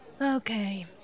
Okay